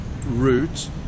route